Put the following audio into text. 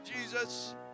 Jesus